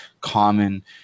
common